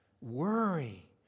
worry